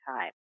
time